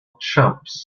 chumps